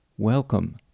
Welcome